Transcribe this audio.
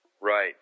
Right